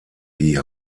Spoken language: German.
die